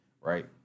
right